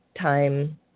time